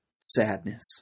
sadness